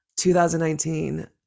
2019